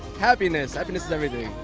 happiness, happiness is everything.